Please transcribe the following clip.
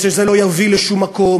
ושזה לא יביא לשום מקום,